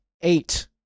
eight